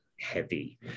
heavy